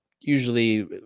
usually